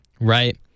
right